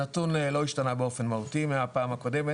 הנתון לא השתנה באופן מהותי, מהפעם הקודמת.